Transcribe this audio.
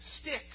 sticks